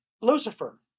Lucifer